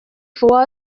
for